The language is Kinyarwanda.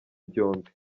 byombi